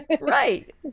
Right